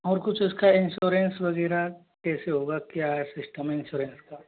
और कुछ इस का इन्श्योरेन्स वग़ैरह कैसे होगा क्या सिस्टम है इन्श्योरेन्स का